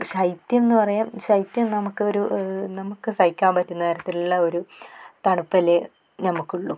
ശൈത്യംന്ന് പറയാ ശൈത്യം നമുക്കൊരു നമുക്ക് സഹിക്കാൻ പറ്റുന്ന തരത്തിലുള്ളൊരു തണുപ്പല്ലെ നമുക്കുള്ളു